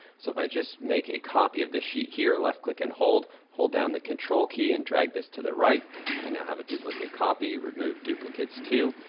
so if i just make a copy of this sheet here, left click and hold, hold down the control key and drag this to the right i now have a duplicate copy. remove duplicates two,